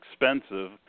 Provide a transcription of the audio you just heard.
expensive